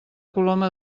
coloma